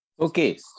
Okay